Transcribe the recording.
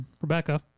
Rebecca